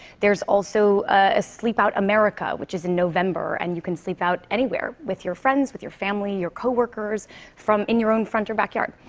there's also a sleep out america, america, which is in november, and you can sleep out anywhere with your friends, with your family, your co-workers from in your own front or back yard.